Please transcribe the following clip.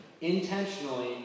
intentionally